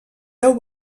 deu